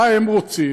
מה הם רוצים?